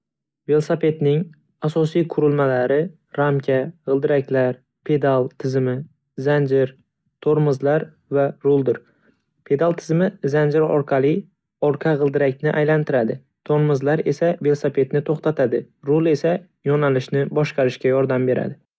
Velosipedning asosiy qurilmalari ramka, g'ildiraklar, pedal tizimi, zanjir, tormozlar va ruldir. Pedal tizimi zanjir orqali orqa g'ildirakni aylantiradi. Tormozlar esa velosipedni to'xtatadi, rul esa yo'nalishni boshqarishga yordam beradi.